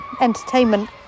entertainment